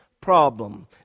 problem